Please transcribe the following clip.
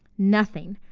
nothing,